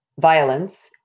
violence